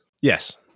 Yes